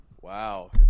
wow